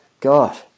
God